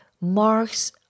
Mark's